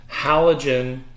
halogen